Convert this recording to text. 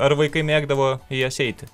ar vaikai mėgdavo į jas eiti